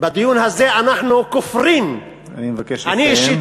בדיון הזה אנחנו כופרים, אני מבקש לסיים.